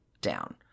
down